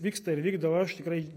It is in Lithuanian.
vyksta ir vykdau aš tikrai